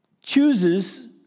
chooses